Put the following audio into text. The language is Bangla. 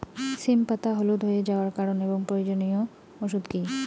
সিম পাতা হলুদ হয়ে যাওয়ার কারণ এবং প্রয়োজনীয় ওষুধ কি?